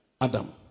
Adam